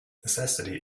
necessity